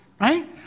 right